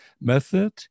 method